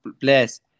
place